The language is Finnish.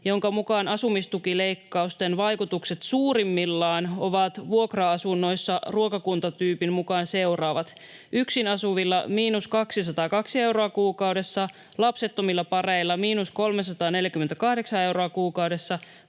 jonka mukaan asumistukileikkausten vaikutukset suurimmillaan ovat vuokra-asunnoissa ruokakuntatyypin mukaan seuraavat: Yksin asuvilla miinus 202 euroa kuukaudessa, lapsettomilla pareilla miinus 348 euroa kuukaudessa,